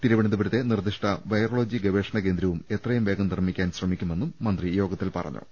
തിരുവനന്തപുരത്തെ നിർദ്ദിഷ്ട വൈറോളജി ഗവേഷണകേന്ദ്രവും എത്രയും വേഗം നിർമ്മിക്കാൻ ശ്രമിക്കുമെന്നും മന്ത്രി യോഗത്തിൽ പറഞ്ഞു